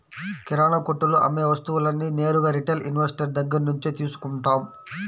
కిరణాకొట్టులో అమ్మే వస్తువులన్నీ నేరుగా రిటైల్ ఇన్వెస్టర్ దగ్గర్నుంచే తీసుకుంటాం